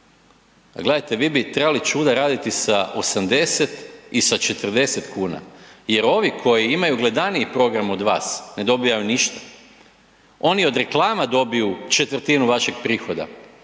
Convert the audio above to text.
Pa gledajte vi bi trebali čuda raditi sa 80 i sa 40 kuna jer ovi koji imaju gledaniji program od vas ne dobivaju ništa. Oni od reklama dobiju četvrtinu vašeg prihoda,